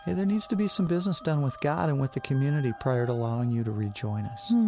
there needs to be some business done with god and with the community prior to allowing you to rejoin us.